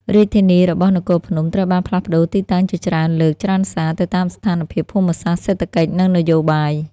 រាជធានីរបស់នគរភ្នំត្រូវបានផ្លាស់ប្តូរទីតាំងជាច្រើនលើកច្រើនសា ទៅតាមស្ថានភាពភូមិសាស្ត្រ សេដ្ឋកិច្ច និងនយោបាយ។